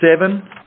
seven